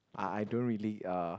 I I don't really uh